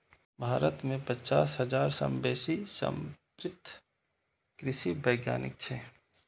भारत मे पचास हजार सं बेसी समर्पित कृषि वैज्ञानिक छै